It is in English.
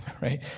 right